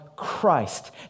Christ